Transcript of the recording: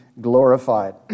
glorified